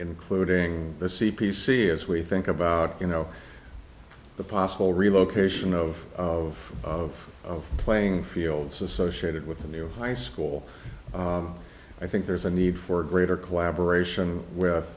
including the c p c as we think about you know the possible relocation of of of playing fields associated with a new high school i think there's a need for greater collaboration with